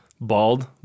Bald